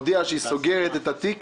הודיעה שהיא סוגרת את התיק